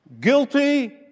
guilty